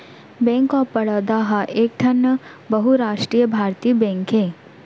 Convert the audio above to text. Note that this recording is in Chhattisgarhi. बेंक ऑफ बड़ौदा ह एकठन बहुरास्टीय भारतीय बेंक हे